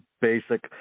basic